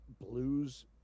blues